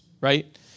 right